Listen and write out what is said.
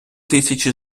тисячі